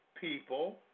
people